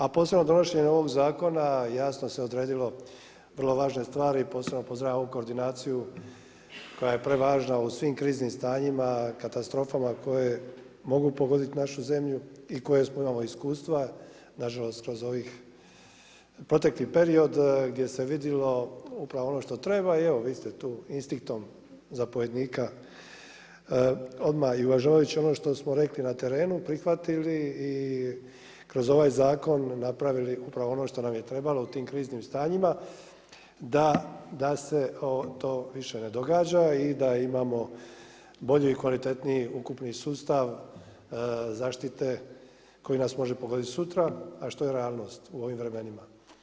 A posebno donošenje novog zakona jasno se odredilo vrlo važne stvari, posebno ovu koordinaciju koja je prevažna u svim kriznim stanjima, katastrofama koje mogu pogoditi našu zemlju i koje … iskustava, nažalost kroz ovaj protekli period gdje se vidjelo upravo ono što treba i evo, vi ste tu instinktom zapovjednika, odmah i uvažavajući ono što smo rekli na terenu, prihvatili i kroz ovaj zakon napravili upravo ono što nam je trebalo u tim kriznim stanjima, da se to više ne događa i da imamo bolji i kvalitetniji ukupni sustav zaštite koji nam može pogoditi sutra a što je realnost u ovim vremenima.